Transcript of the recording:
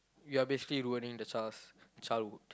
you're basically ruining the child's childhood